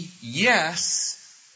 yes